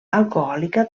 alcohòlica